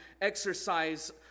exercise